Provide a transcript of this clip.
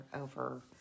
over